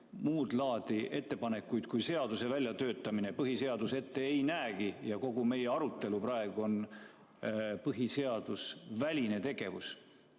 muud laadi ettepanekuid kui seaduse väljatöötamine põhiseadus ette ei näegi ja kogu meie praegune arutelu on põhiseaduseväline tegevus,